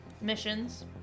missions